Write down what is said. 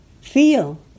feel